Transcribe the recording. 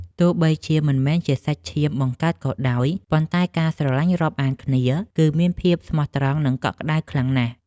ទោះបីជាមិនមែនជាសាច់ឈាមបង្កើតក៏ដោយ ប៉ុន្តែការស្រឡាញ់រាប់អានគ្នា គឺមានភាពស្មោះត្រង់ និងកក់ក្តៅខ្លាំងណាស់។